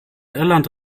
irland